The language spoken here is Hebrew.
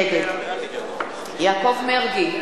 נגד יעקב מרגי,